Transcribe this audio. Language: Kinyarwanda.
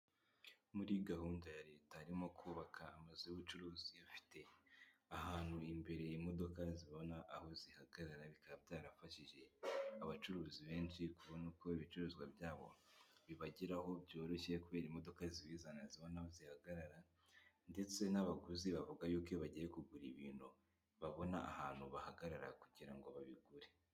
Muri gahunda ya leta harimo kubaka amazu y'ubucuruzifite ahantu imbere imodoka zibona aho zihagarara, bikaba byarafashije abacuruzi benshi kubona uko ibicuruzwa byabo bibageraho byoroshye kubera imodoka zibizana zibona zihagarara, ndetse n'abaguzi bavuga yuko bagiye kugura ibintu babona ahantu bahagarara kugira ngo babigure.